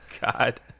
God